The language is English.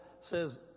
says